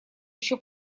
ещё